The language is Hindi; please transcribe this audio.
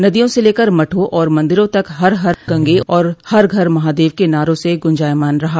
नदियों से लेकर मठों और मंदिरों तक हर हर गंगे और हर घर महादेव के नारों से गुंजायमान रहा